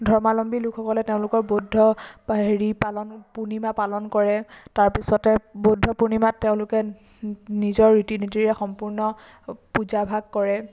ধৰ্মালম্বী লোকসকলে তেওঁলোকৰ বৌদ্ধ হেৰি পালন পূৰ্ণিমা পালন কৰে তাৰপিছতে বৌদ্ধ পূৰ্ণিমাত তেওঁলোকে নিজৰ ৰীতি নীতিৰে সম্পূৰ্ণ পূজাভাগ কৰে